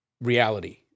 reality